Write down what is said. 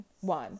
One